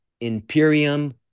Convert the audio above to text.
imperium